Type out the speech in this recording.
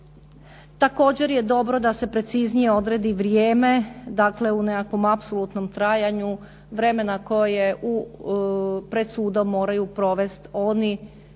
Također je dobro da se preciznije odredi vrijeme dakle, u nekakvom apsolutnom trajanju vremena koje pred sudom moraju provesti oni,